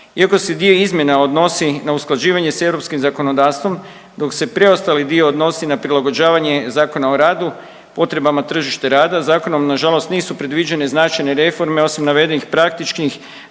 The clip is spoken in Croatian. Iako se dio izmjena odnosi na usklađivanje s europskim zakonodavstvom dok se preostali dio odnosi na prilagođavanje Zakona o radu, potrebama tržišta rada zakonom nažalost nisu predviđene značajne reforme osim navedenih praktičnih